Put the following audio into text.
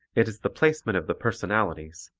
it is the placement of the personalities,